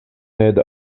sed